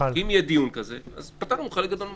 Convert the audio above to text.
אם יהיה דיון כזה, אז פתרנו חלק גדול מהבעיות.